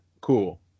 cool